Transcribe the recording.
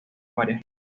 varias